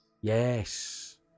yes